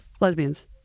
lesbians